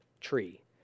tree